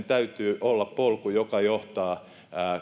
täytyy olla polku joka johtaa